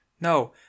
no